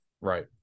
Right